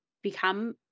become